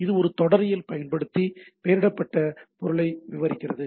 இது ஒரு தொடரியல் பயன்படுத்தி பெயரிடப்பட்ட பொருளை விவரிக்கிறது